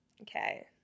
Okay